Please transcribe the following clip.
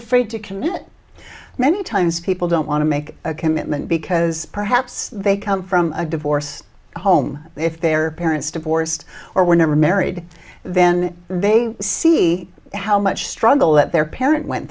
afraid to commit many times people don't want to make a commitment because perhaps they come from a divorce home if their parents divorced or were never married then they see how much struggle that their parent went